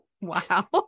Wow